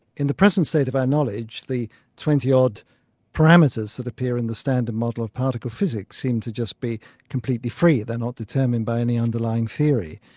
in the present state of our knowledge the twenty odd parameters that appear in the standard model of particle physics seem to just be completely free, they're not determined by any underlying theory.